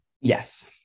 Yes